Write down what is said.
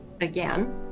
again